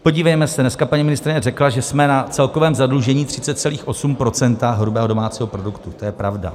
Podívejme se, dneska paní ministryně řekla, že jsme na celkovém zadlužení 30,8 % hrubého domácího produktu, to je pravda.